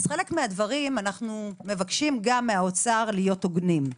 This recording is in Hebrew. חלק מהדברים אנו מבקשים מהאוצר להיות הוגנים.